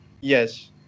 Yes